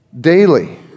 daily